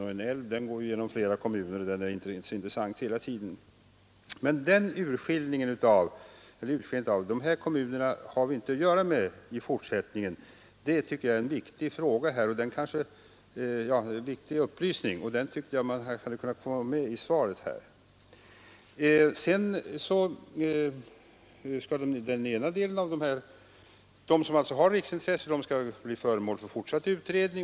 En älv går ju, för att ta ett exempel, genom flera kommuner och är intressant under hela sitt lopp. Jag tycker det är mycket viktigt att man på detta sätt ger upplysning genom att skilja ut vissa kommuner som man inte behöver ha att göra med i fortsättningen. Något av detta borde alltså enligt min mening ha varit med i svaret. Sedan skall det som har riksplaneringsintresse bli föremål för fortsatt utredning.